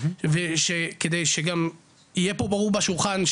ושכדי שגם יהיה פה ברור בשולחן,